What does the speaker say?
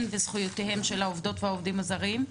וזכויותיהם של העובדות והעובדים הזרים.